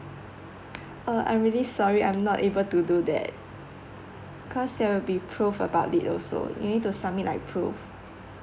err I really sorry I'm not able to do that cause there will be proof about it also we need to submit like proof